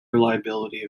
reliability